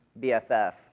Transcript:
BFF